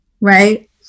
Right